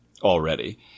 already